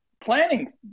planning